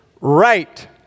right